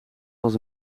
was